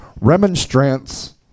Remonstrance